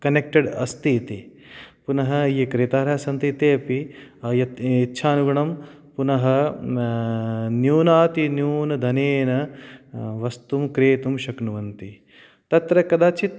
connected अस्ति इति पुनः ये क्रेतारः सन्ति तेऽपि यत् इच्छानुगुणं पुनः न्यूनातिन्यूनधनेन वस्तुं क्रेतुं शक्नुवन्ति तत्र कदाचित्